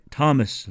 Thomas